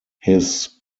his